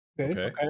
Okay